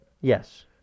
Yes